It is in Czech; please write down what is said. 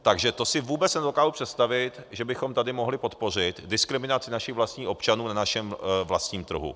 Takže to si vůbec nedokážu představit, že bychom tady mohli podpořit diskriminaci našich vlastních občanů na našem vlastním trhu.